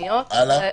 הלאה.